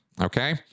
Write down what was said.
Okay